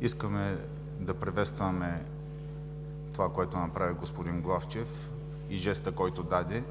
Искаме да приветстваме това, което направи господин Главчев и жестът, който даде,